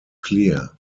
clear